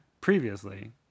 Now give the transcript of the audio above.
Previously